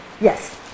Yes